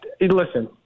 listen